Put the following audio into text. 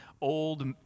old